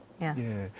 Yes